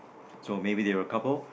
so maybe they're couple